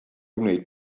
wneud